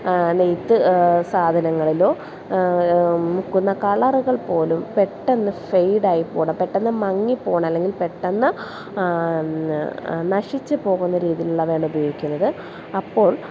നെയ്ത്ത് സാധനങ്ങളിലോ മുക്കുന്ന കളറുകൾ പോലും പെട്ടെന്ന് ഫെയ്ഡായി പോട് പെട്ടെന്ന് മങ്ങിപ്പോവുന്നു അല്ലെങ്കിൽ പെട്ടെന്ന് നശിച്ച് പോകുന്ന രീതിയിലുള്ളതാണ് ഉപയോഗിക്കുന്നത് അപ്പോൾ